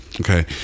Okay